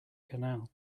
canal